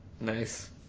Nice